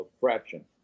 fraction